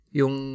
yung